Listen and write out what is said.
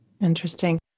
Interesting